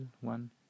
one